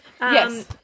Yes